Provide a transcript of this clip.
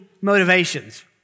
motivations